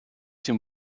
dem